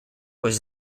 was